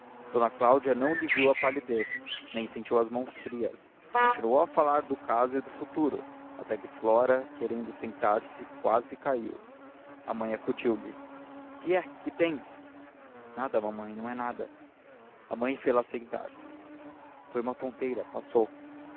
d cláudia não lhe viu a palidez nem sentiu as mãos frias continuou a falar do caso e do futuro até que flora querendo sentar-se quase caiu a mãe acudiu-lhe que é que tens nada mamãe não é nada a mãe fê-la sentar-se foi uma tonteira passou